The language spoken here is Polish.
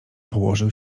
położył